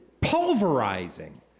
pulverizing